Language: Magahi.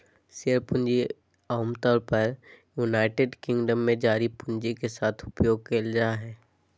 शेयर पूंजी आमतौर पर यूनाइटेड किंगडम में जारी पूंजी के साथ उपयोग कइल जाय हइ